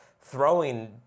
throwing